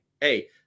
Hey